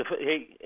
Hey